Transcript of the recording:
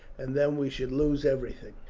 and then we should lose everything.